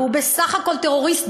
והוא בסך הכול טרוריסט,